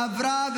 עברה,